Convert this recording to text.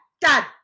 dad